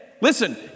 Listen